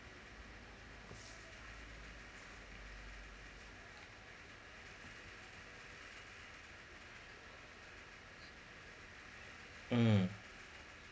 mm